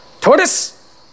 Tortoise